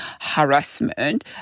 harassment